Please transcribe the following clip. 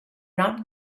not